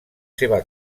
seva